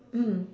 mm